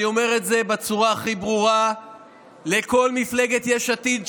אני אומר את זה בצורה הכי ברורה לכל מפלגת יש עתיד,